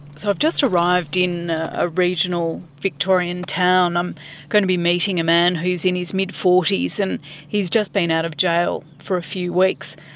so i've just arrived in a regional victorian town. i'm going to be meeting a man who is in his mid-forties, and he's just been out of jail for a few weeks.